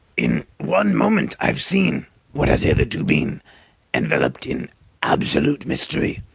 in one moment i've seen what has hitherto been enveloped in absolute mystery,